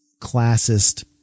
classist